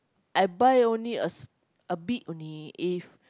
I buy only a s~ a bit only if